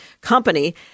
company